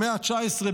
במאה ה-19,